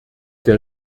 der